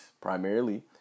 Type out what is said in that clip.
primarily